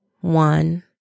one